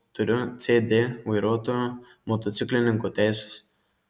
turiu c d vairuotojo motociklininko teises